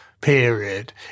period